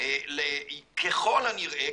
ככל הנראה,